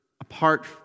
apart